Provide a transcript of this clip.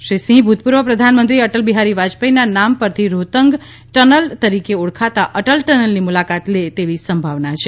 શ્રી સિંહ ભૂતપૂર્વ પ્રધાનમંત્રી અટલ બિહારી વાજપેથીના નામ પરથી રોહતાંગ ટનલ તરીકે ઓળખાતા અટલ ટનલની મુલાકાત લે તેવી સંભાવના છે